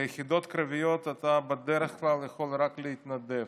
ליחידות קרביות אתה בדרך כלל יכול רק להתנדב,